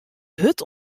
hurd